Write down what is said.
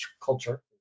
culture